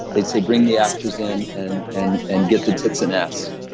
they'd say, bring the actors in and and and get the tits and ass.